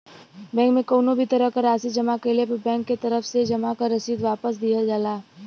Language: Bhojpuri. बैंक में कउनो भी तरह क राशि जमा कइले पर बैंक के तरफ से जमा क रसीद वापस दिहल जाला